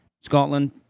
Scotland